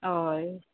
ऑय